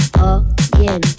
again